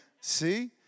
See